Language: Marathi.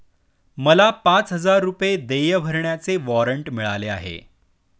मला पाच हजार रुपये देय भरण्याचे वॉरंट मिळाले आहे